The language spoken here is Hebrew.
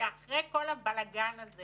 שאחרי כל הבלאגן הזה